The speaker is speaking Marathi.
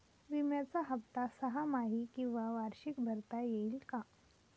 विम्याचा हफ्ता सहामाही किंवा वार्षिक भरता येईल का?